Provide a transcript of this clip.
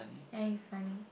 ya he is funny